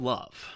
Love